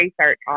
research